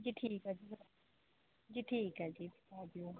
ਜੀ ਠੀਕ ਆ ਜੀ ਜੀ ਠੀਕ ਆ ਜੀ ਆ ਜਾਇਓ